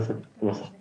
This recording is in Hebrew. ולכן